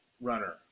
runner